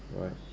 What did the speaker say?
right